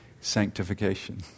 sanctification